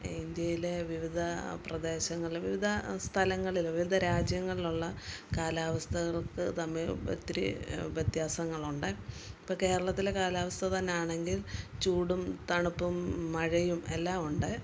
ഇന്ത്യയിലെ വിവിധ പ്രദേശങ്ങളിലും വിവിധ സ്ഥലങ്ങളിലും വിവിധ രാജ്യങ്ങളിലുള്ള കാലാവസ്ഥകൾക്ക് തമ്മിൽ ഒത്തിരി വ്യത്യാസങ്ങളുണ്ട് ഇപ്പോള് കേരളത്തിലെ കാലാവസ്ഥ തന്നെയാണെങ്കിൽ ചൂടും തണുപ്പും മഴയും എല്ലാമുണ്ട്